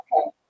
okay